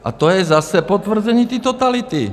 A to je zase potvrzení té totality.